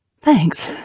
Thanks